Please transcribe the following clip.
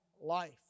life